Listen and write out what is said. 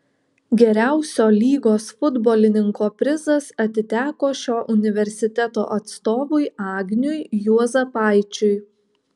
geriausio lygos futbolininko prizas atiteko šio universiteto atstovui agniui juozapaičiui